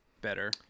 better